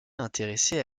intéressée